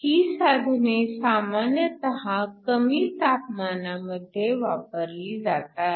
ही साधने सामान्यतः कमी तापमानामध्ये वापरली जातात